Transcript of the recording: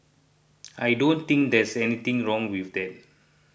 I don't think there's anything wrong with that